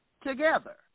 Together